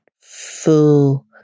full